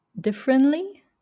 differently